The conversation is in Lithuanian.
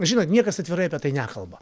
žinot niekas atvirai apie tai nekalba